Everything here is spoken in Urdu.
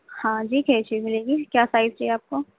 ہاں جی قینچی بھی ملے گی کیا سائز چاہیے آپ کو